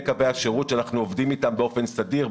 קווי השירות שאנחנו עובדים איתם באופן סדיר,